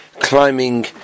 climbing